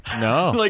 no